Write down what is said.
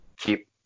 keep